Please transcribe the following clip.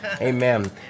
Amen